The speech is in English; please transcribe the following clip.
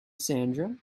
sandra